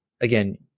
Again